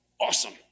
awesome